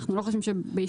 אנחנו לא חושבים שבהסתייגות,